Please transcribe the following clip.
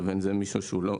ובין אם זה מישהו שמבוטח